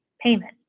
payment